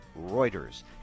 Reuters